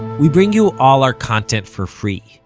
we bring you all our content for free,